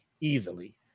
easily